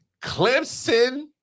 Clemson